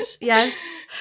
yes